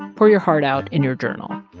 and pour your heart out in your journal.